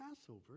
Passover